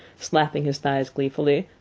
slapping his thighs gleefully.